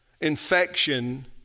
infection